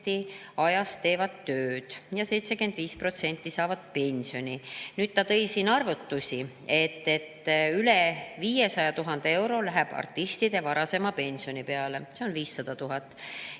ajast teevad tööd ja 75% saavad pensioni. Ta tõi välja arvutusi, et üle 500 000 euro läheb artistide varasema pensioni peale. Lisaks tõi ta